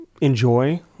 enjoy